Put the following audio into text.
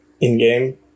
in-game